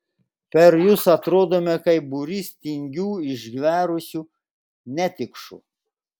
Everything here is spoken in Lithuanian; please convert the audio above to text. per jus atrodome kaip būrys tingių išgverusių netikšų